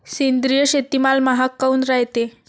सेंद्रिय शेतीमाल महाग काऊन रायते?